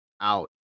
out